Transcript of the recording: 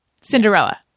Cinderella